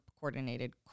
coordinated